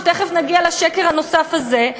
ותכף נגיע לשקר הנוסף הזה,